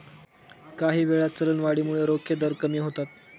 काहीवेळा, चलनवाढीमुळे रोखे दर कमी होतात